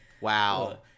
Wow